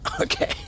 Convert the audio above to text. Okay